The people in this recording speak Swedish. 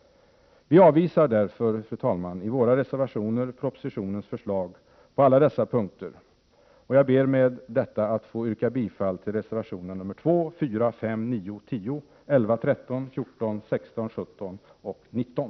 Vi avvisar därför, fru talman, i våra reservationer propositionens förslag på alla dessa punkter. Jag ber att få yrka bifall till reservationerna nr 2,4,5,9, 10, 11, 13, 14, 16, 17 och 19.